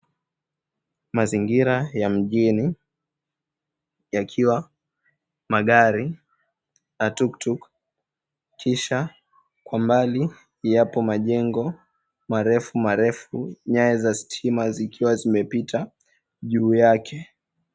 Mazingira ya mjini yakiwa magari na tuktuk kisha kwa mbali yapo majengo marefu marefu, nyaya za stima zikiwa zimepita juu yake.